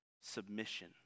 Submission